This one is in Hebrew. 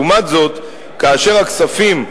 לעומת זאת כאשר הכספים,